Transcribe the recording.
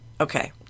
Okay